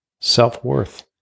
self-worth